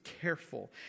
careful